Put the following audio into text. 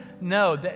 no